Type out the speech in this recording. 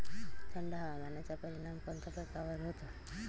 थंड हवामानाचा परिणाम कोणत्या पिकावर होतो?